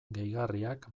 gehigarriak